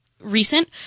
Recent